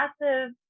massive